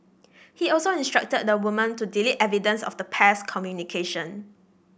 he also instructed the woman to delete evidence of the pair's communication